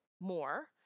more